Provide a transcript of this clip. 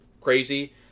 crazy